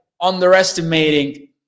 underestimating